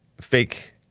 fake